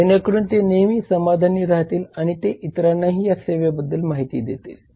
जेणेकरून ते नेहमी समाधानी राहतील आणि ते इतरांनाही या सेवे बद्दल माहिती देतील